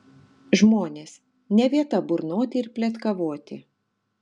žmonės ne vieta burnoti ir pletkavoti